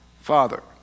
Father